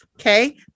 Okay